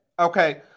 Okay